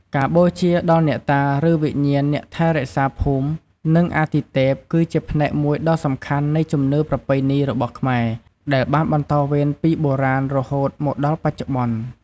ការបូជាដល់ អ្នកតា ឬ វិញ្ញាណអ្នកថែរក្សាភូមិ និងអាទិទេព គឺជាផ្នែកមួយដ៏សំខាន់នៃជំនឿប្រពៃណីរបស់ខ្មែរ ដែលបានបន្តវេនពីបុរាណរហូតមកដល់បច្ចុប្បន្ន។